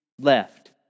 left